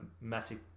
massive